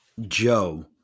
Joe